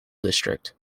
district